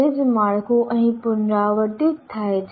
તે જ માળખું અહીં પુનરાવર્તિત થાય છે